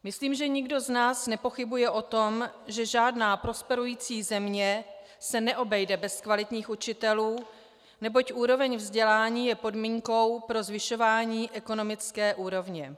Myslím, že nikdo z nás nepochybuje o tom, že žádná prosperující země se neobejde bez kvalitních učitelů, neboť úroveň vzdělání je podmínkou pro zvyšování ekonomické úrovně.